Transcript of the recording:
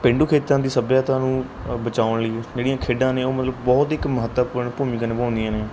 ਪੇਂਡੂ ਖੇਤਰਾਂ ਦੀ ਸੱਭਿਅਤਾ ਨੂੰ ਅ ਬਚਾਉਣ ਲਈ ਜਿਹੜੀਆਂ ਖੇਡਾਂ ਨੇ ਉਹ ਮਤਲਬ ਬਹੁਤ ਇੱਕ ਮਹੱਤਵਪੂਰਨ ਭੂਮਿਕਾ ਨਿਭਾਉਂਦੀਆਂ ਨੇ